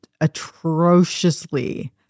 atrociously